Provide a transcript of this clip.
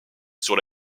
sur